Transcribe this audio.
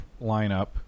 lineup